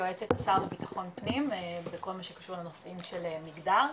יועצת לשר לביטחון פנים בכל מה שקשור לנושאים של מגדר.